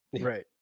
Right